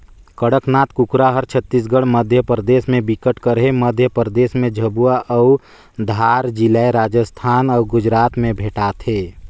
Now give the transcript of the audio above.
कड़कनाथ कुकरा हर छत्तीसगढ़, मध्यपरदेस में बिकट कर हे, मध्य परदेस में झाबुआ अउ धार जिलाए राजस्थान अउ गुजरात में भेंटाथे